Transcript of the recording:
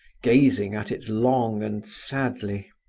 gazing at it long and sadly.